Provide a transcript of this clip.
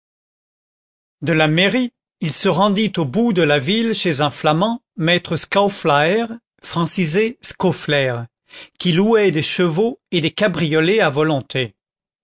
de la mairie il se rendit au bout de la ville chez un flamand maître scaufflaër francisé scaufflaire qui louait des chevaux et des cabriolets à volonté